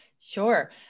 Sure